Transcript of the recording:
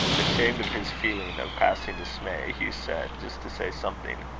ashamed of his feeling of passing dismay, hugh said, just to say something